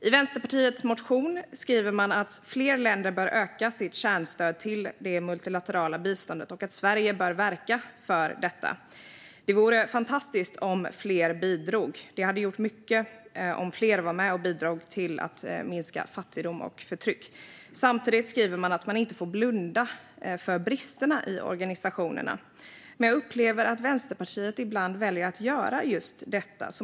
I Vänsterpartiets motion skriver man att fler länder bör öka sitt kärnstöd till det multilaterala biståndet och att Sverige bör verka för detta. Det vore fantastiskt om fler bidrog. Det hade gjort mycket om fler var med och bidrog till att minska fattigdom och förtryck. Samtidigt skriver man att man inte får blunda för bristerna i organisationerna. Men jag upplever att Vänsterpartiet ibland väljer att göra just detta.